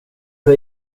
för